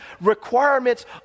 requirements